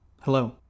Hello